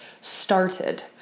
started